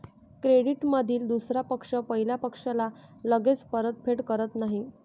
क्रेडिटमधील दुसरा पक्ष पहिल्या पक्षाला लगेच परतफेड करत नाही